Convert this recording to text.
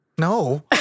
No